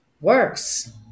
works